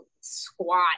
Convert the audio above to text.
squat